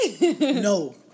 no